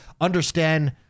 understand